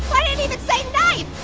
i didn't even say knife!